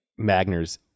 Magners